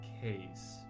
case